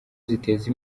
ziteza